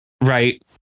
Right